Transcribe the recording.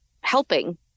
helping